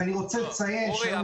אני רוצה לציין --- אורי,